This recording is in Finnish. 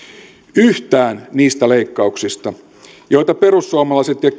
yhtään niistä leikkauksista joita perussuomalaiset ja